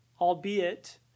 albeit